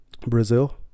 Brazil